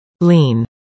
Lean